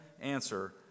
answer